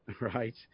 right